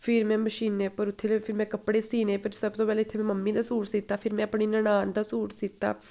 फिर में मशीनें उप्पर उत्थै ते फिर में कपड़े सीने पर सब तूं पैह्लें इत्थै में मम्मी दा सूट सीता फ्ही अपनी ननान दा सूट सीता